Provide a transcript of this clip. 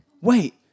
Wait